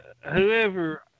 whoever